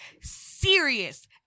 serious